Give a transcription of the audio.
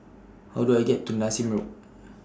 How Do I get to Nassim Road